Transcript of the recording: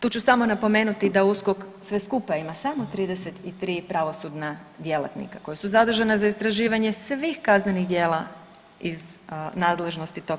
Tu ću samo napomenuti da USKOK sve skupa ima samo 33 pravosudna djelatnika koja su zadužena za istraživanje svih kaznenih djela iz nadležnosti tog